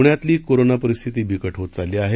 पुण्यातली कोरोना परिस्थिती बिकट होत चालली आहे